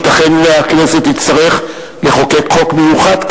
ייתכן שהכנסת תצטרך לחוקק חוק מיוחד,